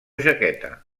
jaqueta